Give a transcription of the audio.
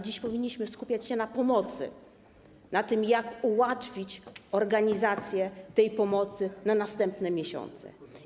Dziś powinniśmy skupiać się na pomocy, na tym, jak ułatwić organizację pomocy na następne miesiące.